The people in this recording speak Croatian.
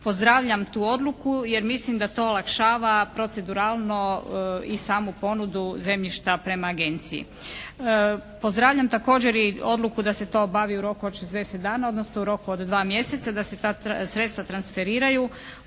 Pozdravljam tu odluku jer mislim da to olakšava proceduralno i samu ponudu zemljišta prema agenciji. Pozdravljam također i odluku da se to obavi u roku od 60 dana odnosno u roku od 2 mjeseca da se ta sredstva transferiraju